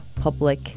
public